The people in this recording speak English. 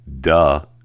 Duh